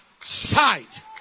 sight